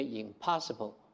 impossible